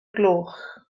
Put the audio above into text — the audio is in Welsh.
gloch